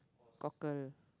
cockle